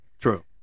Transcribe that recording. True